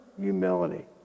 humility